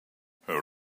her